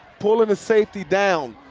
pulling the safety down.